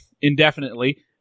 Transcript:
indefinitely